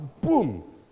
Boom